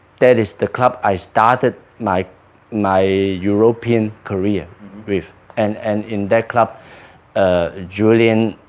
that is the club i started my my european career with and and in that club ah julien,